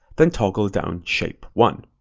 then toggle down shape one.